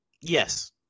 Yes